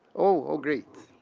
oh, great.